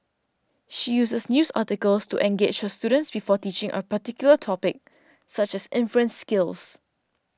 she uses news articles to engage her students before teaching a particular topic such as inference skills